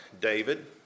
David